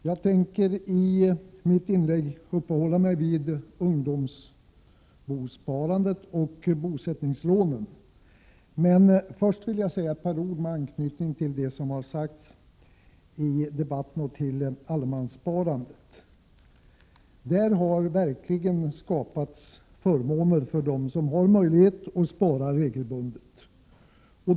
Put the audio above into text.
Herr talman! Jag tänker i mitt inlägg uppehålla mig vid ungdomsbostadssparandet och bosättningslånen, men först vill jag säga några ord med anknytning till det som har sagts i debatten om allemanssparandet. Genom denna sparform har verkligen skapats möjligheter för den som kan spara och spara regelbundet.